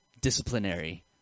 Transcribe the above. disciplinary